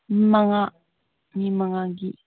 ꯃꯉꯥ ꯃꯤ ꯃꯉꯥꯒꯤ